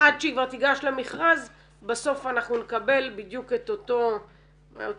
עד שהיא כבר תיגש למכרז בסוף אנחנו נקבל את אותה גברת